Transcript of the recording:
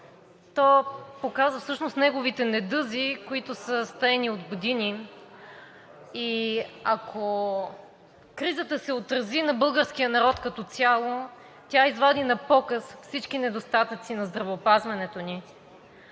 То показа всъщност неговите недъзи, които са стаени от години. И ако кризата се отрази на българския народ като цяло, тя извади на показ всички недостатъци на здравеопазването ни.